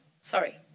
Sorry